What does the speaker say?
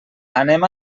anem